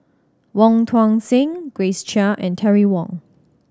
Wong Tuang Seng Grace Chia and Terry Wong